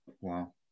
Wow